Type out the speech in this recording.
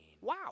wow